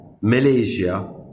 Malaysia